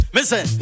Listen